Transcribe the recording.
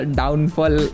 downfall